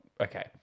okay